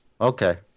Okay